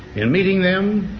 in meeting them,